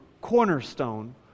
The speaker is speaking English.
cornerstone